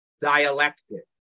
dialectic